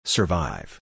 Survive